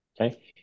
okay